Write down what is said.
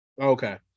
Okay